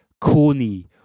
corny